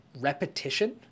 repetition